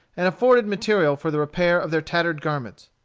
and afforded material for the repair of their tattered garments.